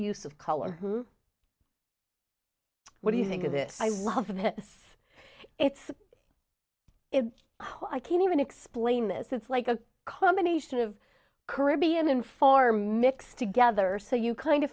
use of color what do you think of this i love it it's i can't even explain this it's like a combination of caribbean and far mixed together so you kind